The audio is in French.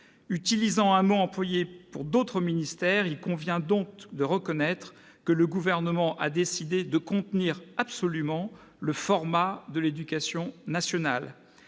utilisant un mot employé pour d'autres ministères, il faut donc constater que le Gouvernement a décidé de contenir absolument le « format » de l'éducation nationale.